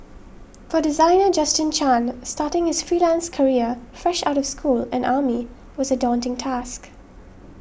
for designer Justin Chan starting his freelance career fresh out school and army was a daunting task